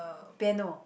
piano